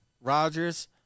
Rodgers